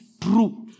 true